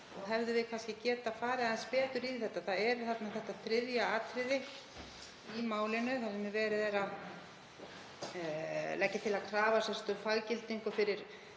Hefðum við kannski getað farið aðeins betur í þetta? Það er þetta þriðja atriði í málinu þar sem verið er að leggja til að krafa um faggildingu fyrir